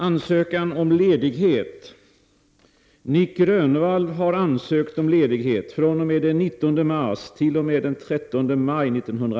Jag begär härmed att bli entledigad från befattningen som statsminister.